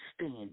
stand